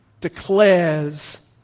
declares